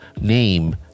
name